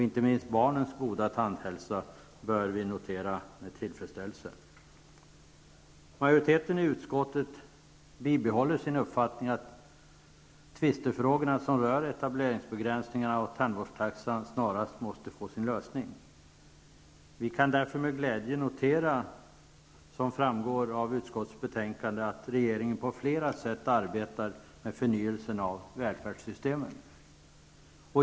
Inte minst barnens goda tandhälsa bör vi notera med tillfredsställelse. Majoriteten i utskottet bibehåller sin uppfattning att tvistefrågorna som rör etableringsbegränsningarna och tandvårdstaxan snarast måste få sin lösning. Vi kan därför med glädje notera, som framgår av utskottets betänkande, att regeringen på flera sätt arbetar med förnyelsen av välfärdssystemen.